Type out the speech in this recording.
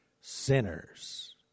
sinners